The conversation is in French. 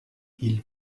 ils